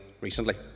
recently